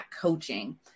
coaching